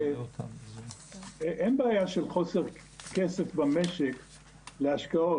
אין בעיה של חוסר כסף במשק להשקעות,